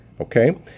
okay